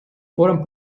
foren